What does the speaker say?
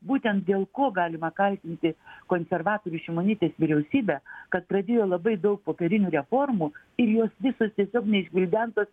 būtent dėl ko galima kaltinti konservatorių šimonytės vyriausybę kad pradėjo labai daug popierinių reformų ir jos visos tiesiog neišgvildentas